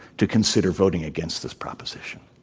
to consider voting against this proposition.